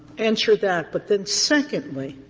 answer that. but then, secondly,